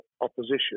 opposition